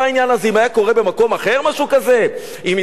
אם היה קורה במקום אחר משהו כזה, עם מתנחלים,